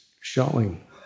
showing